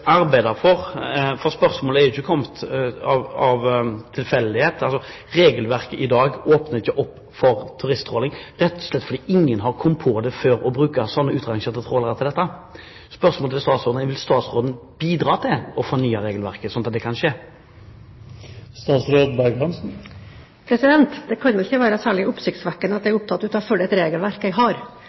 arbeide for dette, for spørsmålet er jo ikke tilfeldig. Regelverket i dag åpner ikke opp for turisttråling rett og slett fordi ingen har kommet på å bruke utrangerte trålere til dette før. Spørsmålet til statsråden er: Vil statsråden bidra til å fornye regelverket slik at det kan skje? Det kan vel ikke være særlig oppsiktsvekkende at jeg er opptatt av å følge et regelverk jeg har.